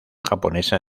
japonesa